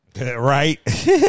Right